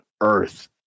earth